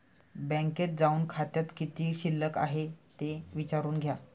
बँकेत जाऊन खात्यात किती शिल्लक आहे ते विचारून घ्या